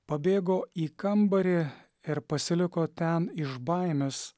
pabėgo į kambarį ir pasiliko ten iš baimės